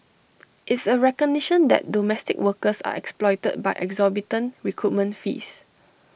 it's A recognition that domestic workers are exploited by exorbitant recruitment fees